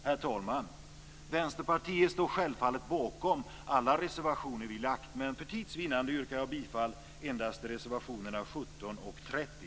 Herr talman! Vänsterpartiet står självfallet bakom alla reservationer vi lagt, men för tids vinnande yrkar jag bifall endast till reservationerna 17 och 30.